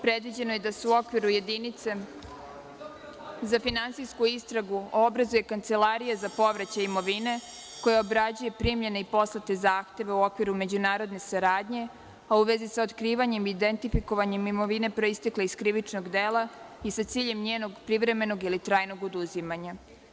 Predviđeno je da se u okviru jedinice za finansijsku istragu obrazuje kancelarija za povraćaj imovine, koja obrađuje primljene i poslate zahteve u okviru međunarodne saradnje, a u vezi sa otkrivanje i identifikovanjem imovine proistekle iz krivičnog dela i sa ciljem njenog privremenog ili trajnog oduzimanja.